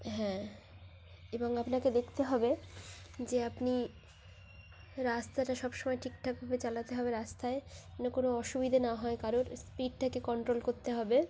হ্যাঁ এবং আপনাকে দেখতে হবে যে আপনি রাস্তাটা সবসময় ঠিকঠাকভাবে চালাতে হবে রাস্তায় মানে কোনো অসুবিধে না হয় কারোর স্পিডটাকে কন্ট্রোল করতে হবে